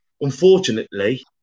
unfortunately